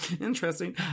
interesting